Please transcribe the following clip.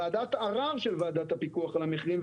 ועדת הערר של ועדת הפיקוח על המחירים,